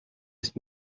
ist